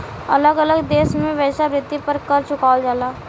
अलग अलग देश में वेश्यावृत्ति पर कर चुकावल जाला